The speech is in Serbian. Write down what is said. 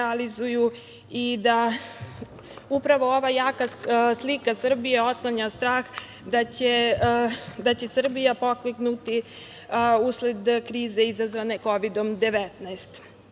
i da upravo ova jaka slika Srbije otklanja strah da će Srbija pokleknuti usled krize izazvane